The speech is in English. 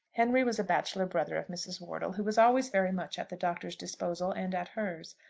henry was a bachelor brother of mrs. wortle, who was always very much at the doctor's disposal, and at hers.